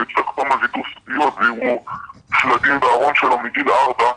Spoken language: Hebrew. ויש לו שלדים בארון שלו מגיל ארבע.